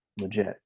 Legit